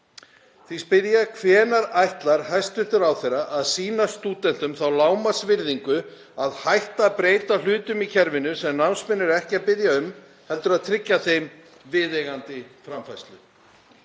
Því spyr ég: Hvenær ætlar hæstv. ráðherra að sýna stúdentum þá lágmarksvirðingu að hætta að breyta hlutum í kerfinu sem námsmenn eru ekki að biðja um heldur tryggja þeim viðeigandi framfærslu?